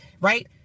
right